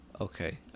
Okay